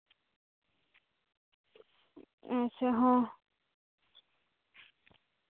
ᱟᱪᱪᱷᱟ ᱦᱚᱸ